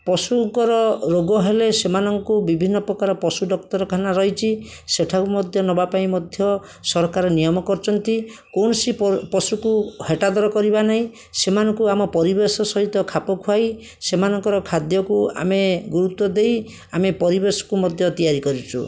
ପଶୁଙ୍କର ରୋଗ ହେଲେ ସେମାନଙ୍କୁ ବିଭିନ୍ନ ପ୍ରକାର ପଶୁ ଡାକ୍ତରଖାନା ରହିଛି ସେଠାକୁ ମଧ୍ୟ ନେବା ପାଇଁ ମଧ୍ୟ ସରକାର ନିୟମ କରିଛନ୍ତି କୌଣସି ପଶୁକୁ ହତାଦର କରିବା ନାହିଁ ସେମାନଙ୍କୁ ଆମ ପରିବେଶ ସହିତ ଖାପଖୁଆଇ ସେମାନଙ୍କର ଖାଦ୍ୟକୁ ଆମେ ଗୁରୁତ୍ୱ ଦେଇ ଆମେ ପରିବେଶକୁ ମଧ୍ୟ ତିଆରି କରିଛୁ